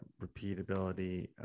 repeatability